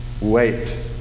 Wait